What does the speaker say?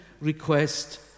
request